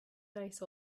nice